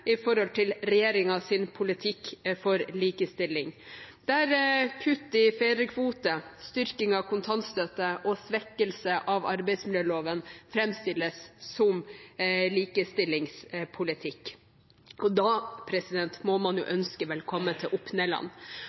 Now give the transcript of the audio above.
politikk for likestilling, der kutt i fedrekvote, styrking av kontantstøtte og svekkelse av arbeidsmiljøloven framstilles som likestillingspolitikk. Da må man jo ønske velkommen til